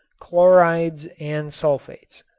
chlorids and sulfates.